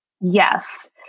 yes